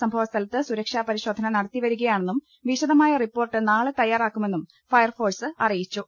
സംഭവസ്ഥലത്ത് സുരക്ഷാ പരിശോധന നടത്തി വരിക്യാണെന്നും വിശദമായ റിപ്പോർട്ട് നാളെ തയ്യാറാക്കുമെന്നും ഫയർഫോഴ്സ് അറിയിച്ചു